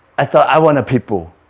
i thought i want a pitbull